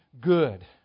good